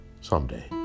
someday